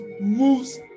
moves